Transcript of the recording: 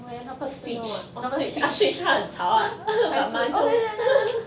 no eh 那个 speech 那个 speech